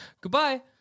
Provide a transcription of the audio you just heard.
Goodbye